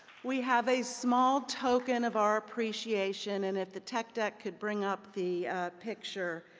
we have a small token of our appreciation, and if the tech deck could bring up the picture,